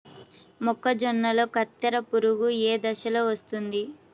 మొక్కజొన్నలో కత్తెర పురుగు ఏ దశలో వస్తుంది?